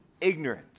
ignorant